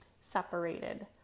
separated